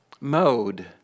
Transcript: mode